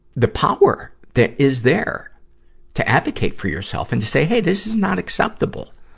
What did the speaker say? the power that is there to advocate for yourself and to say, hey, this is not acceptable.